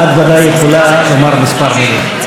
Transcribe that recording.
את ודאי יכולה לומר כמה מילים.